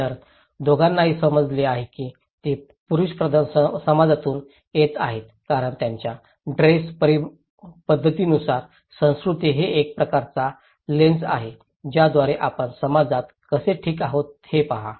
तर दोघांनाही समजले आहे की ते पुरुषप्रधान समाजातून येत आहेत कारण त्यांच्या ड्रेस पद्धतीनुसार संस्कृती हे एक प्रकारचा लेन्स आहे ज्याद्वारे आपण समाजात कसे ठीक आहात हे पहा